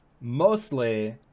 Mostly